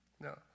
No